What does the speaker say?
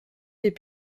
des